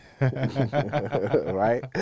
Right